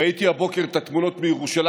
ראיתי הבוקר את התמונות מירושלים,